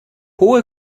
hohe